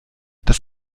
das